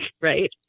Right